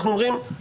אנחנו אומרים,